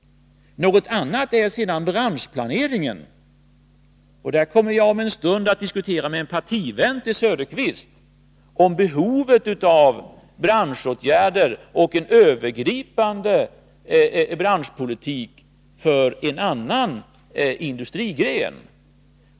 Något annat är branschplaneringen. Om en stund kommer jag att diskutera med en partivän till Oswald Söderqvist om behovet av branschåtgärder och en övergripande branschpolitik för en annan industrigren.